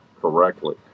correctly